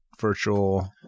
virtual